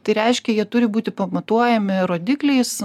tai reiškia jie turi būti pamatuojami rodikliais